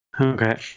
Okay